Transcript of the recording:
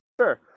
sure